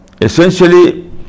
essentially